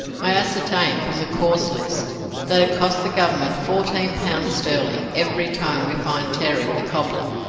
i ascertained from the cause lists that it cost the government fourteen pounds sterling every time we fined terry, the cobbler,